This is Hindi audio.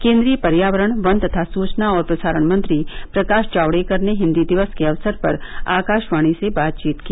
केंद्रीय पर्यावरण वन तथा सूचना और प्रसारण मंत्री प्रकाश जावडेकर ने हिन्दी दिवस के अवसर पर आकाशवाणी से बातचीत की